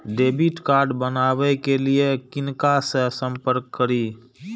Debit card बनावे के लिए किनका से संपर्क करी?